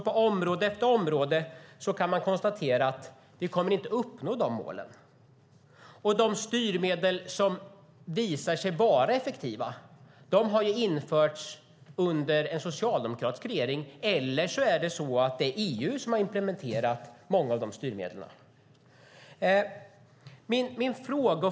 På område efter område kan man konstatera att vi inte kommer att uppnå målen. De styrmedel som visar sig vara effektiva har införts under en socialdemokratisk regering, eller också har EU implementerat många av de styrmedlen.